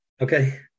Okay